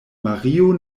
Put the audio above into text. mario